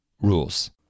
rules